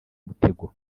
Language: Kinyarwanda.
mutego